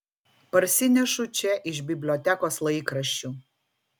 parsinešu čia iš bibliotekos laikraščių